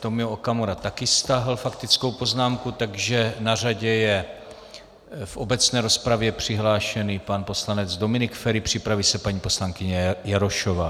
Tomio Okamura také stáhl faktickou poznámku, takže na řadě je v obecné rozpravě přihlášený pan poslanec Dominik Feri, připraví se paní poslankyně Jarošová.